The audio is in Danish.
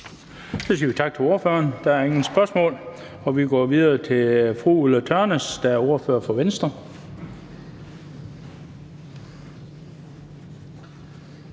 Så siger vi tak til ordføreren. Der er ingen spørgsmål, og så går vi videre til fru Ulla Tørnæs, der er ordfører for Venstre.